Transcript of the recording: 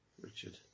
Richard